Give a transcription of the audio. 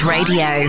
Radio